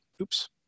oops